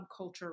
subculture